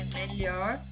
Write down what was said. melhor